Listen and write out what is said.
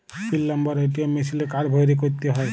পিল number ATM মিশিলে card ভ্যইরে ক্যইরতে হ্যয়